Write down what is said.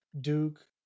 Duke